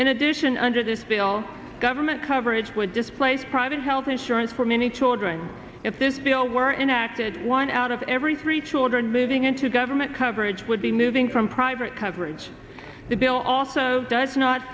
in addition under this bill government coverage would displace private health insurance for many children if this bill were in acted one out of every three children moving into government coverage would be moving from private coverage the bill also does not